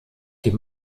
die